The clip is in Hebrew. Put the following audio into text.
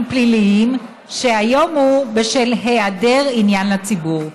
פליליים שהיום הוא בשל היעדר עניין לציבור.